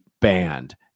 banned